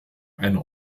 einer